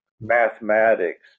mathematics